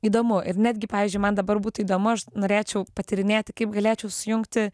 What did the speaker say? įdomu ir netgi pavyzdžiui man dabar būtų įdomu aš norėčiau patyrinėti kaip galėčiau sujungti